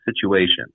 situation